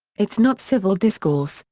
it's not civil discourse,